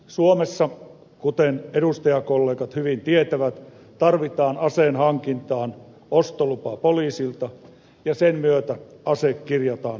suomessa kuten edustajakollegat hyvin tietävät tarvitaan aseen hankintaan ostolupa poliisilta ja sen myötä ase kirjataan viranomaisen rekisteriin